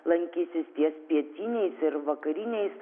lankysis ties pietiniais ir vakariniais